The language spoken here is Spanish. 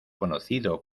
conocido